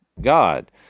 God